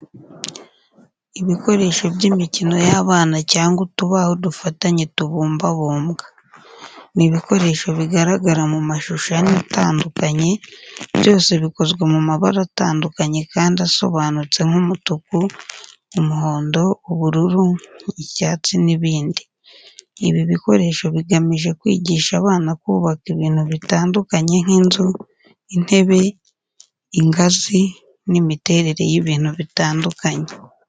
Ibikoresho by’imikino y’abana cyangwa utubaho dufatanye tubumbabumbwa. Ni ibikoresho bigaragara mu mashusho ane atandukanye byose bikozwe mu mabara atandukanye kandi asobanutse nk’umutuku, umuhondo, ubururu, icyatsi, n’ibindi. Ibi bikoresho bigamije kwigisha abana kubaka ibintu bitandukanye nk’inzu, intebe, ingazi, n’imiterere y'ibintu bitandukanye.